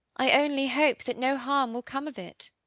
i only hope that no harm will come of it.